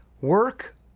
work